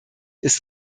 ist